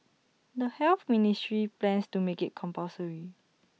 the health ministry plans to make IT compulsory